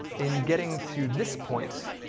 in getting to this point,